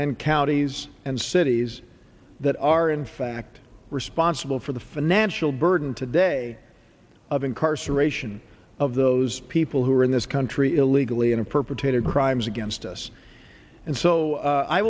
and counties and cities that are in fact responsible for the financial burden today of incarceration of those people who are in this country illegally and perpetrated crimes against us and so